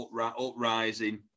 uprising